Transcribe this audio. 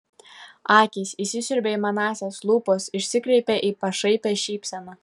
akys įsisiurbė į manąsias lūpos išsikreipė į pašaipią šypseną